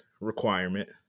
requirement